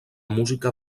música